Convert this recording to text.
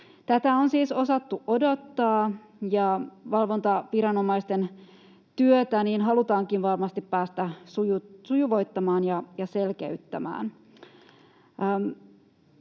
Tätä on siis osattu odottaa, ja valvontaviranomaisten työtä halutaankin varmasti päästä sujuvoittamaan ja selkeyttämään.